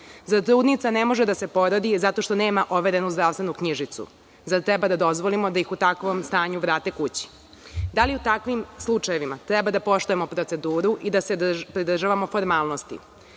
Zar trudnica ne može da se porodi zato što nema overenu zdravstvenu knjižicu? Zar treba da dozvolimo da ih u takvom stanju vrate kući? Da li u takvim slučajevima treba da poštujemo proceduru i da se pridržavamo formalnosti? Da